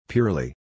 Purely